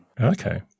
Okay